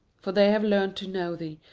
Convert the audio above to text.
for they have learnt to know thee,